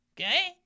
Okay